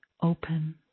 open